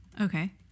okay